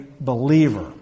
believer